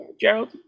Gerald